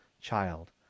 Child